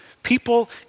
People